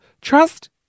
Trust